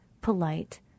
polite